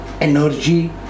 energy